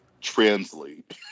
translate